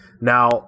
Now